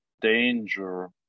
danger